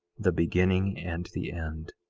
the beginning and the end.